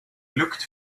looked